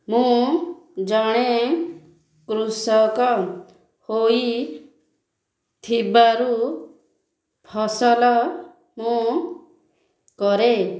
ମୁଁ ଜଣେ କୃଷକ ହୋଇ ଥିବାରୁ ଫସଲ ମୁଁ କରେ